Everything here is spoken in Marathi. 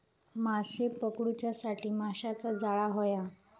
माशे पकडूच्यासाठी माशाचा जाळां होया